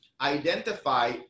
identify